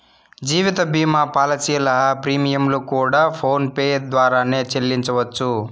జీవిత భీమా పాలసీల ప్రీమియంలు కూడా ఫోన్ పే ద్వారానే సెల్లించవచ్చు